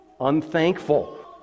Unthankful